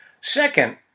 Second